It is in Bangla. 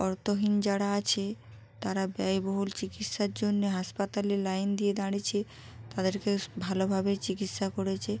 অর্থহীন যারা আছে তারা ব্যয়বহুল চিকিৎসার জন্যে হাসপাতালে লাইন দিয়ে দাঁড়িয়েছে তাদেরকে ভালোভাবেই চিকিৎসা করেছে